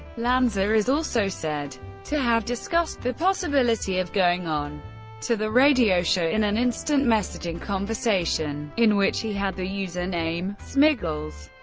lanza is also said to have discussed the possibility of going on to the radio show in an instant messaging conversation, in which he had the username smiggles.